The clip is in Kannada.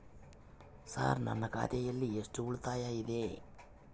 ಸರ್ ನನ್ನ ಖಾತೆಯಲ್ಲಿ ಎಷ್ಟು ಉಳಿತಾಯ ಇದೆ?